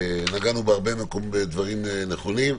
נגענו בהרבה דברים נכונים.